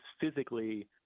physically –